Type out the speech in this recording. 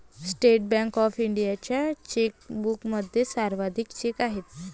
state Bank of इंडियाच्या चेकबुकमध्ये सर्वाधिक चेक आहेत